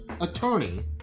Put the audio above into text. attorney